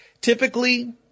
Typically